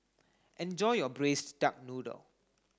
enjoy your braised duck noodle